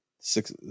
six